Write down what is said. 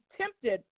tempted